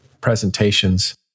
presentations